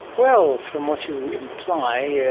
well from what you imply, yeah